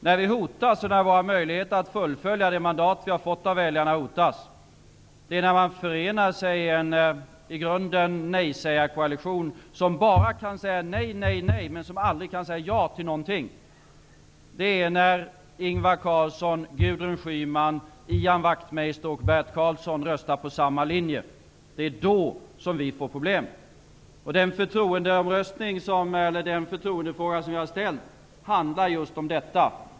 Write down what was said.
Det är när våra möjligheter att fullfölja det mandat som vi har fått från våra väljare hotas och man förenar sig i något som i grunden är en nejsägarkoalition, där man bara kan säga nej men aldrig ja till någonting -- när Ingvar Carlsson, Karlsson röstar för samma linje -- som vi får problem. Den förtroendefråga som jag har ställt handlar just om detta.